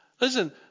Listen